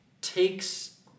takes